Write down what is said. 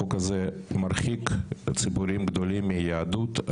החוק הזה מרחיק ציבורים גדולים מהיהדות.